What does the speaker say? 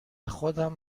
خودم